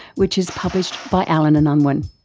which is published by allen and unwin.